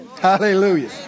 hallelujah